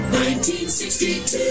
1962